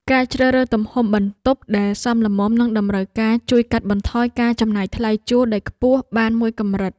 ការជ្រើសរើសទំហំបន្ទប់ដែលសមល្មមនឹងតម្រូវការជួយកាត់បន្ថយការចំណាយថ្លៃជួលដែលខ្ពស់បានមួយកម្រិត។